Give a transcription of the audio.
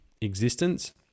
existence